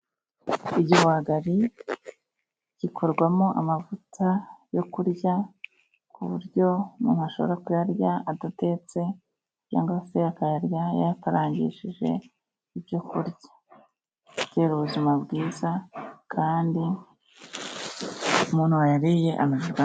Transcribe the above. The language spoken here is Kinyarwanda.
Igihwagari gikorwamo, amavuta yo kurya, kuburyo umuntu ashobora, kuyarya adatetse, cyangwa se akayarya, yayakarangishije, ibyo kurya agira ubuzima bwiza, kandi umuntu wayariye.